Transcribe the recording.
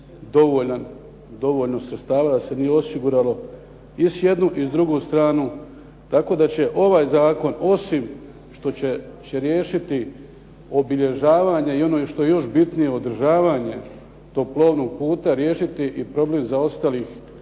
dovoljno sredstava da se nije osiguralo i s jedne i s druge strane tako da će ovaj zakon osim što će riješiti obilježavanje i ono što je još bitnije održavanje tog plovnog puta riješiti i problem zaostalih